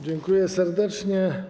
Dziękuję serdecznie.